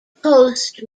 post